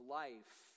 life